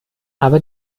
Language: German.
aber